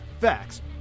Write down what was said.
facts